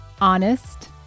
honest